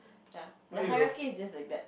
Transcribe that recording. ya the hierarchy is just like that